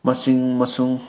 ꯃꯁꯤꯡ ꯑꯃꯁꯨꯡ